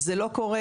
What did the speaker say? זה לא קורה.